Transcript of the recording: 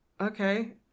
okay